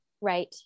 Right